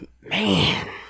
Man